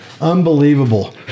Unbelievable